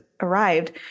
arrived